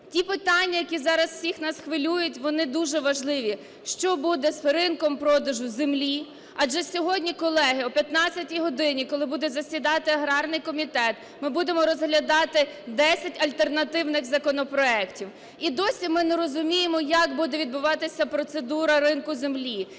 Ті питання, які зараз всіх нас хвилюють, вони дуже важливі. Що буде з ринком продажу землі? Адже сьогодні, колеги, о 15 годині, коли буде засідати аграрний комітет, ми будемо розглядати 10 альтернативних законопроектів. І досі ми не розуміємо, як буде відбуватися процедура ринку землі,